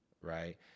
right